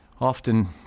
often